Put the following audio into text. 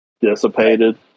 dissipated